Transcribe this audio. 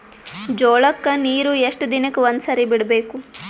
ಜೋಳ ಕ್ಕನೀರು ಎಷ್ಟ್ ದಿನಕ್ಕ ಒಂದ್ಸರಿ ಬಿಡಬೇಕು?